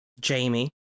jamie